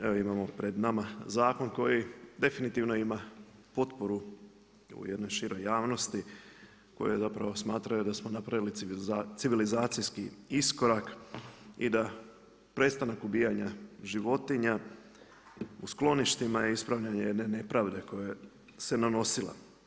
Evo imamo pred nama zakon koji definitivno ima potporu u jednoj široj javnosti koju zapravo smatraju da smo napravili civilizacijski iskorak i da prestanak ubijanja životinja u skloništima je ispravljanje jedne neprave koja se nanosila.